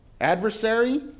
adversary